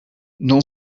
non